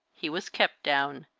he was kept down,